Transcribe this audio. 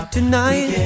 Tonight